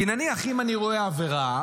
כי נניח אם אני רואה עבירה,